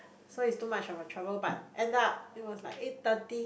so it's too much of a trouble but end up it was like eight thirty